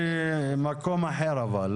במקום אחר אבל,